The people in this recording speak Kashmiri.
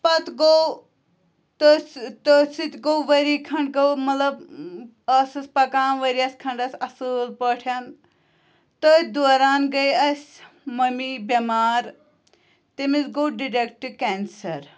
پتہٕ گوٚو تٔتھۍ سۭہ تٔتھۍ سۭتۍ گوٚو ؤری کھَنٛڈ گوٚو مطلب ٲسٕس پَکان ؤرِیَس کھنٛڈَس اَصٕل پٲٹھۍ تٔتھۍ دوران گٔے اَسہِ ممی بٮ۪مار تٔمِس گوٚو ڈِڈٮ۪کٹ کینسَر